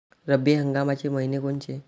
रब्बी हंगामाचे मइने कोनचे?